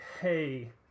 hey